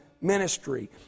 ministry